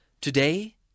today